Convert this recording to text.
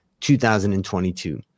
2022